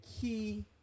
key